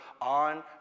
on